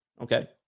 okay